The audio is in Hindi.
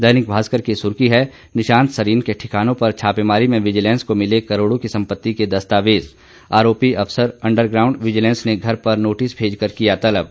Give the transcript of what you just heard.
दैनिक भास्कर की सुर्खी है एडीसी निशांत सरीन के ठिकानों पर छापेमारी में विजिलेंस को मिले करोड़ों की संपति के दस्तावेज आरोपी अफसर अंडरग्राउंड विजिलेंस ने घर पर नोटिस भेजकर किया तलब